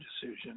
decision